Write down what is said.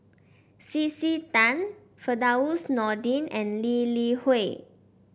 C C Tan Firdaus Nordin and Lee Li Hui